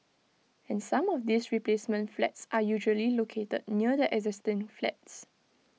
and some of these replacement flats are usually located near the existing flats